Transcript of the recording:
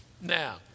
Now